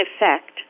effect